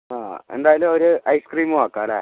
ആ എന്തായാലും ഒരു ഐസ്ക്രീമും ആക്കാം അല്ലേ